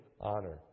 honor